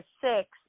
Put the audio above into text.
six